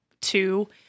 two